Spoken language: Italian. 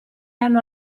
hanno